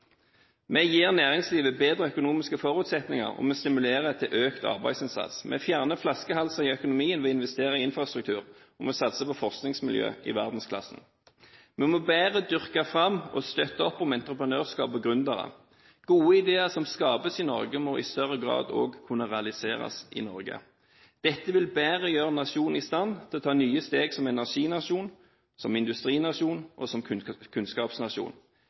Vi gir næringslivet bedre økonomiske forutsetninger, og vi stimulerer til økt arbeidsinnsats. Vi fjerner flaskehalser i økonomien ved å investere i infrastruktur, og vi satser på forskningsmiljøer i verdensklassen. Vi må bedre dyrke fram og støtte opp om entreprenørskap og gründere. Gode ideer som skapes i Norge, må i større grad også kunne realiseres i Norge. Dette vil gjøre nasjonen bedre i stand til å ta nye steg som energinasjon, som industrinasjon, og som kunnskapsnasjon.